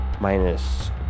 minus